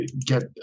get